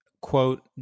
quote